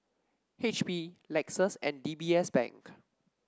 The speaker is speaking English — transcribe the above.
H P Lexus and D B S Bank